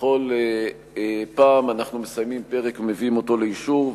בכל פעם אנחנו מסיימים פרק ומביאים אותו לאישור.